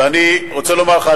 אני רוצה לומר לך,